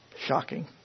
shocking